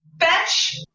Fetch